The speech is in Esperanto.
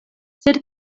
sed